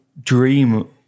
dream